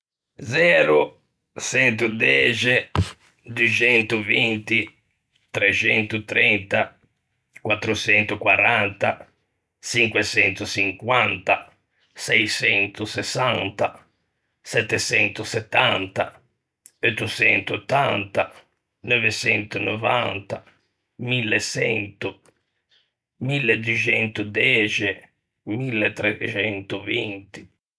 0,110,220,330,440,550,660,770,880,990,1100,1210,1320.